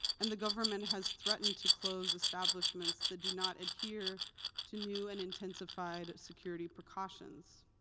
and the government has threatened to close establishments that do not adhere to new and intensified security precautions.